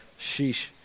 Sheesh